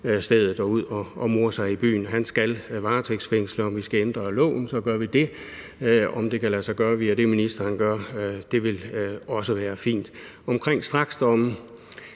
ud og more sig i byen. Han skal varetægtsfængsles, og skal vi ændre loven, så gør vi det. Om det kan lade sig gøre via det, ministeren gør, vil også være fint. Om straksdomme: